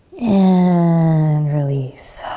and release,